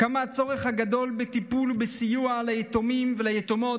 כמה גדול הצורך בטיפול ובסיוע ליתומים וליתומות